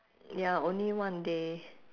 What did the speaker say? ya only one day